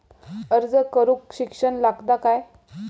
अर्ज करूक शिक्षण लागता काय?